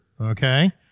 okay